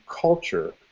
culture